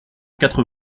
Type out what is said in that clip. quatre